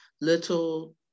little